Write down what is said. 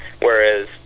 Whereas